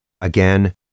Again